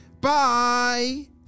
Bye